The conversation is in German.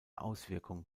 auswirkung